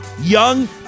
young